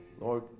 Lord